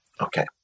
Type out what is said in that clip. Okay